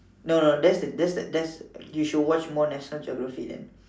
no no that's the that's the that's you should watch more national geography then